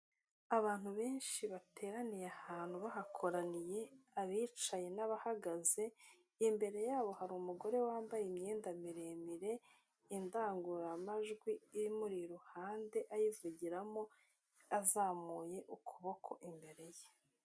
Abantu benshi bateraniye ahantu bahakoraniye abicaye n'abahagaze, imbere yabo hari umugore wambaye imyenda miremire, indangururamajwi imuri iruhande ayivugiramo, azamuye ukuboko imbere ye.